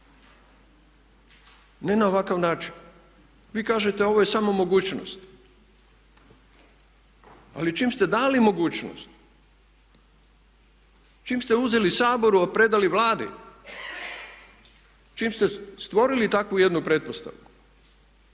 ne na ovakav način. Vi kažete ovo je samo mogućnost, ali čim ste dali mogućnost, čim ste uzeli Saboru a predali Vladi, čim ste stvorili takvu jednu pretpostavku